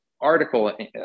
article